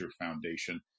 Foundation